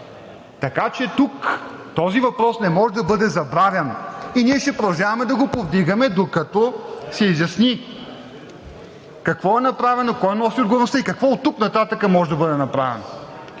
Така че тук този въпрос не може да бъде забравян. И ние ще продължаваме да го повдигаме, докато се изясни, какво е направено, кой носи отговорността и какво оттук нататък може да бъде направено.